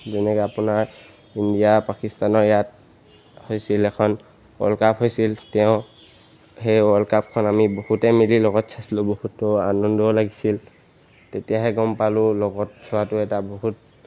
যেনেকৈ আপোনাৰ ইণ্ডিয়া পাকিস্তানৰ ইয়াত হৈছিল এখন ৱৰ্ল্ড কাপ হৈছিল তেওঁ সেই ৱৰ্ল্ড কাপখন আমি বহুতে মিলি লগত চাইছিলোঁ বহুতো আনন্দও লাগিছিল তেতিয়াহে গম পালোঁ লগত চোৱাটো এটা বহুত